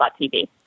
TV